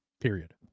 Period